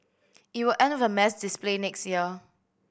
it will end with a mass display next year